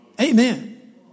Amen